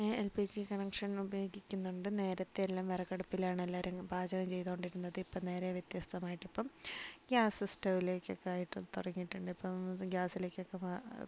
LPG connection ഉപയോഗിക്കുന്നുണ്ട് നേരത്തെ എല്ലാം വിറകടുപ്പിലാണ് എല്ലാരും പാചകം ചെയ്തുകൊണ്ടിരുന്നത് ഇപ്പോ നേരെ വ്യത്യസ്തമായിട്ട് ഇപ്പൊ ഗ്യാസ് സ്റ്റൌലേക്ക് ഒക്കെ ആയിട്ട് തുടങ്ങയിട്ടുണ്ട് ഇപ്പോൾ ഗാസിലേക്കൊക്കെ